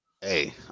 hey